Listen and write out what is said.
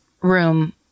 room